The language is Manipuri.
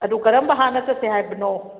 ꯑꯗꯨ ꯀꯔꯝꯕ ꯍꯥꯟꯅ ꯆꯠꯁꯦ ꯍꯥꯏꯕꯅꯣ